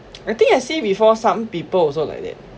I think I see before some people also like that